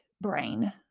brain